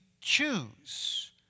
choose